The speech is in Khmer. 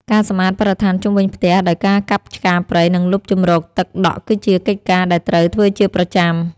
ការសម្អាតបរិស្ថានជុំវិញផ្ទះដោយការកាប់ឆ្ការព្រៃ និងលុបជម្រកទឹកដក់គឺជាកិច្ចការដែលត្រូវធ្វើជាប្រចាំ។